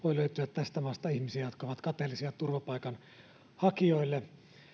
tästä maasta ihmisiä jotka ovat kateellisia turvapaikanhakijoille